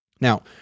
Now